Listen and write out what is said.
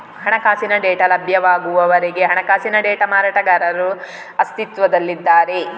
ಹಣಕಾಸಿನ ಡೇಟಾ ಲಭ್ಯವಾಗುವವರೆಗೆ ಹಣಕಾಸಿನ ಡೇಟಾ ಮಾರಾಟಗಾರರು ಅಸ್ತಿತ್ವದಲ್ಲಿದ್ದಾರೆ